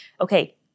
Okay